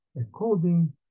according